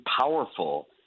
powerful